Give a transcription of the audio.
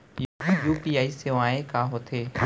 UPI सेवाएं का होथे?